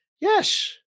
Yes